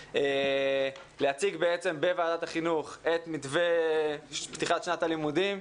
להציג בוועדת החינוך את מתווה פתיחת שנת הלימודים,